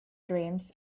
dreams